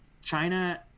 China